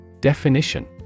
Definition